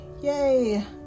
Yay